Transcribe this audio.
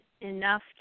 enough